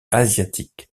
asiatiques